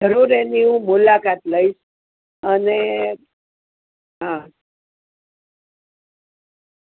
જરૂર એની હું મુલાકાત લઈશ અને હા